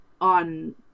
on